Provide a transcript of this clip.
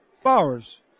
flowers